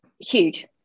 huge